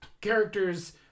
characters